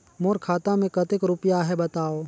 मोर खाता मे कतेक रुपिया आहे बताव?